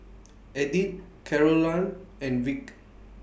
Edith Carolann and Vic